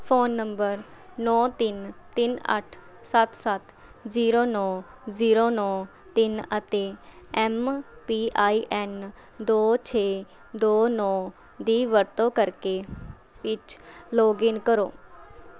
phone number ਨੌਂ ਤਿੰਨ ਤਿੰਨ ਅੱਠ ਸੱਤ ਸੱਤ ਜ਼ੀਰੋ ਨੌਂ ਜ਼ੀਰੋ ਨੌ ਤਿੰਨ ਅਤੇ ਐੱਮ ਪੀ ਆਈ ਐੱਨ ਦੋ ਛੇ ਦੋ ਨੌਂ ਦੀ ਵਰਤੋਂ ਕਰਕੇ ਵਿੱਚ ਲੌਗਇਨ ਕਰੋ